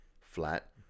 flat